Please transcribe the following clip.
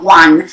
one